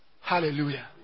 Hallelujah